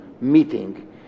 meeting